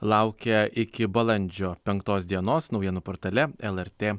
laukia iki balandžio penktos dienos naujienų portale lrt